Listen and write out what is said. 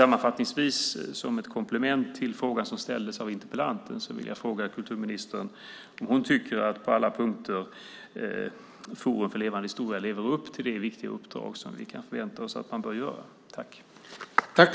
Sammanfattningsvis vill jag, som ett komplement till frågan som ställdes av interpellanten, fråga kulturministern om hon tycker att Forum för levande historia på alla punkter lever upp till det viktiga uppdrag som vi kan förvänta oss av dem.